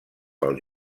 pel